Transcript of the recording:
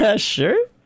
Sure